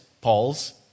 Paul's